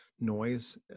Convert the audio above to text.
noise